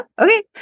Okay